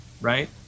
right